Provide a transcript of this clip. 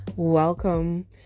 Welcome